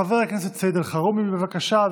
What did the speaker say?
חבר הכנסת סעיד אלחרומי, בבקשה.